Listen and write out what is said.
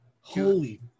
Holy